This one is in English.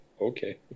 Okay